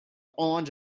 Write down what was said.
orange